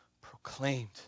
proclaimed